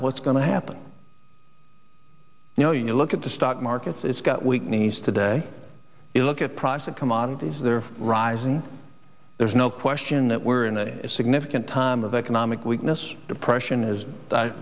what's going to happen you know you look at the stock markets it's got weak knees today you look at prosecute montes they're rising there's no question that we're in a significant time of economic weakness depression is